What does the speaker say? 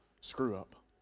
screw-up